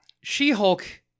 She-Hulk